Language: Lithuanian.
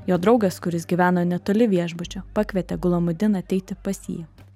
jo draugas kuris gyvena netoli viešbučio pakvietė glamudin ateiti pas jį